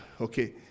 Okay